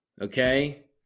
okay